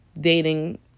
dating